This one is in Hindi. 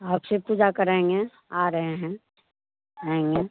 आपसे पूजा कराएँगे आ रहे हैं आऍंगे